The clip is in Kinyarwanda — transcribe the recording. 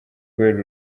kubera